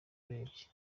urebye